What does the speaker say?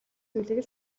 зүйлийг